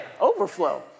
Overflow